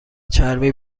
چرمی